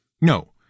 No